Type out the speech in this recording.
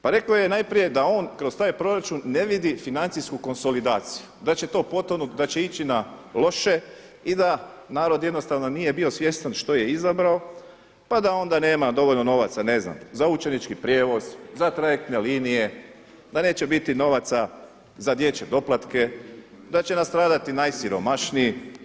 Pa rekao je najprije da on kroz taj proračun ne vidi financijsku konsolidaciju, da će to potonuti, da će ići na loše i da narod jednostavno nije bio svjestan što je izabrao pa da onda nema dovoljno novaca ne znam za učenički prijevoz, za trajektne linije, da neće biti novaca za dječje doplatke, da će nastradati najsiromašniji.